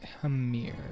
Hamir